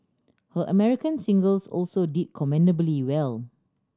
her American singles also did commendably well